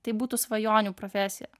tai būtų svajonių profesija